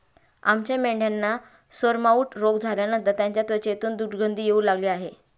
आमच्या मेंढ्यांना सोरमाउथ रोग झाल्यानंतर त्यांच्या त्वचेतून दुर्गंधी येऊ लागली आहे